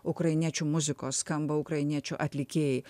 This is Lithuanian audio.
ukrainiečių muzikos skamba ukrainiečių atlikėjai